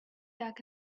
dug